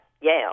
Yale